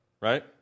right